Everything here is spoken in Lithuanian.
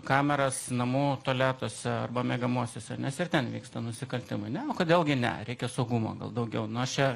kameras namų tualetuose arba miegamuosiuose nes ir ten vyksta nusikaltimai ne kodėl gi ne reikia saugumo gal daugiau nu aš čia